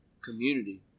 community